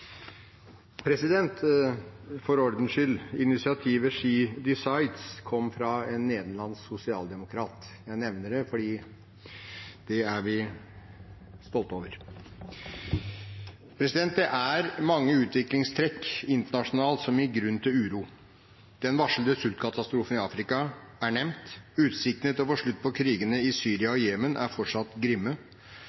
For ordens skyld: Initiativet «She Decides» kom fra en nederlandsk sosialdemokrat. Jeg nevner det fordi det er vi stolte over. Det er mange utviklingstrekk internasjonalt som gir grunn til uro. Den varslede sultkatastrofen i Afrika er nevnt. Utsiktene til å få slutt på krigene i Syria